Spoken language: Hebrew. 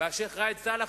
והשיח' ראאד סלאח,